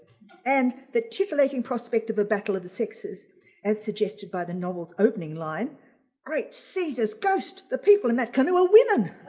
and the titillating prospect of a battle of the sexes as suggested by the novel's opening line great caesar's ghost! the people in that canoe are women!